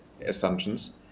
assumptions